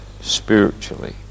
spiritually